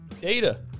Data